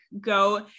go